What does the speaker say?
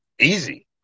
easy